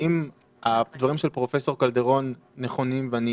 אם הדברים של פרופ' קלדרון נכונים, ואני